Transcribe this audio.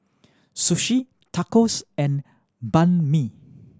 Sushi Tacos and Banh Mi